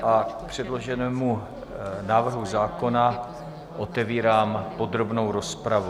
K předloženému návrhu zákona otevírám podrobnou rozpravu.